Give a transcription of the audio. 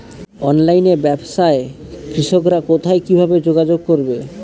অনলাইনে ব্যবসায় কৃষকরা কোথায় কিভাবে যোগাযোগ করবে?